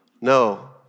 No